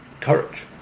courage